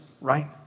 right